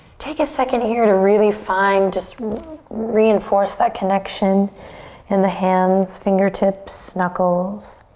take a second here to really find, just reinforce that connection in the hands, fingertips, knuckles.